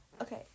Okay